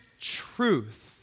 truth